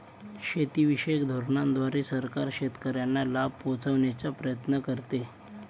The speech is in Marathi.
शेतीविषयक धोरणांद्वारे सरकार शेतकऱ्यांना लाभ पोहचवण्याचा प्रयत्न करते